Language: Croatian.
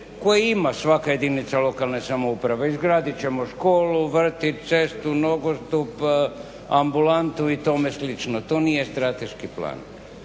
koje ima svaka jedinica lokalne samouprave. Izgradit ćemo školu, vrtić, cestu, nogostup, ambulantu i tome slično, to nije strateški plan.